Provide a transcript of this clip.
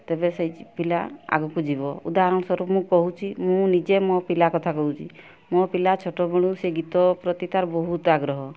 ତେବେ ସେହି ପିଲା ଆଗକୁ ଯିବ ଉଦାହରଣ ସ୍ୱରୂପ ମୁଁ କହୁଛି ମୁଁ ନିଜେ ମୋ ପିଲା କଥା କହୁଛି ମୋ ପିଲା ଛୋଟବେଳୁ ସେ ଗୀତ ପ୍ରତି ତା'ର ବହୁତ ଆଗ୍ରହ